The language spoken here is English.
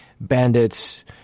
bandits